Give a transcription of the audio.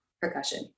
percussion